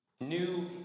New